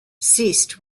ceased